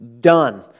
done